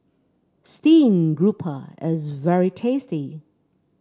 stream grouper is very tasty